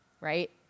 right